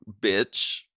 bitch